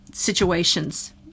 situations